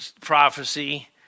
prophecy